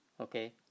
okay